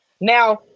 Now